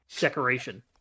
decoration